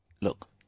Look